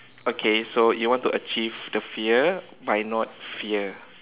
okay so you want to achieve the fear by not fear